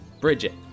Bridget